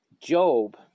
Job